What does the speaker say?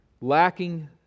Lacking